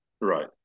Right